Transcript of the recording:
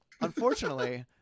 unfortunately